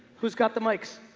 who's got the mics?